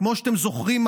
כמו שאתם זוכרים,